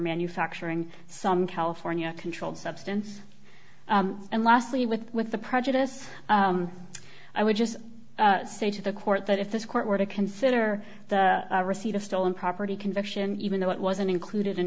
manufacturing some california controlled substance and lastly with with the prejudice i would just say to the court that if this court were to consider the receipt of stolen property conviction even though it wasn't included